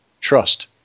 Trust